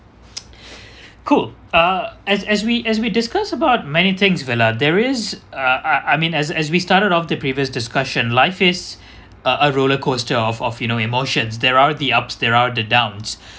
cool ah as as we as we discuss about many things vella there is uh uh I mean as as we started off the previous discussion life is a a roller coaster of of you know emotions there are the ups there are the downs